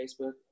Facebook